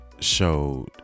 showed